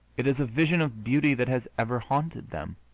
it is a vision of beauty that has ever haunted them.